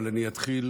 אבל אני אתחיל,